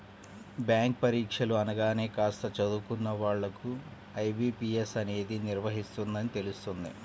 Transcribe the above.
bank పరీక్షలు అనగానే కాస్త చదువుకున్న వాళ్ళకు ఐ.బీ.పీ.ఎస్ అనేది నిర్వహిస్తుందని తెలుస్తుంది